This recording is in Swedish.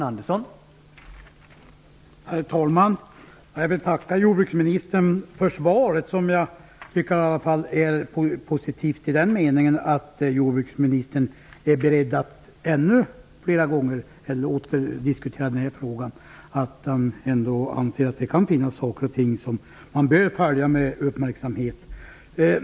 Herr talman! Jag vill tacka jordbruksministern för svaret. Det var positivt i den meningen att jordbruksministern är beredd att åter diskutera frågan och att han trots allt anser att det finns vissa saker som bör följas uppmärksamt.